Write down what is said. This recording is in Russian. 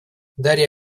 дарья